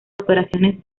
operaciones